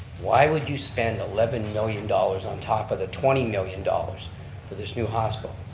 why would you spend eleven million dollars on top of the twenty million dollars for this new hospital?